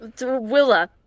Willa